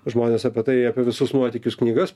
žmonės apie tai apie visus nuotykius knygas